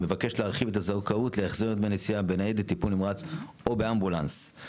מבקשת להרחיב את הזכאות להחזר דמי נסיעה בניידת טיפול נמרץ או באמבולנס.